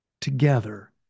together